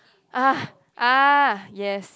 !ah! !ah! yes